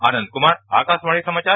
आनंद कुमार आकाशवाणी समाचार